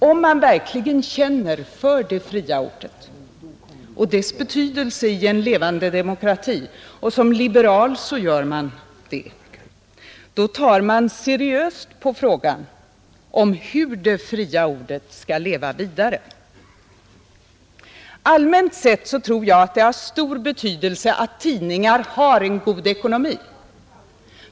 Om man verkligen känner för det fria ordet och dess betydelse i en levande demokrati — och som liberal gör man det — tar man seriöst på frågan om hur det fria ordet skall leva vidare. Allmänt sett tror jag att det är av stor betydelse att tidningar har en god ekonomi.